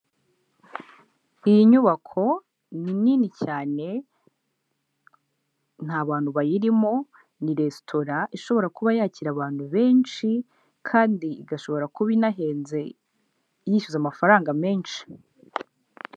Iyi nyubako ni nini cyane, nta bantu bayirimo, ni resitora ishobora kuba yakira abantu benshi kandi igashobora kuba inahenze, yishyuza amafaranga menshi.